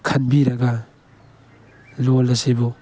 ꯈꯟꯕꯤꯔꯒ loan ꯑꯁꯤꯕꯨ